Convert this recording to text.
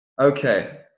Okay